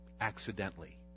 accidentally